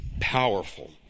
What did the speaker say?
powerful